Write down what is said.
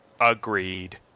Agreed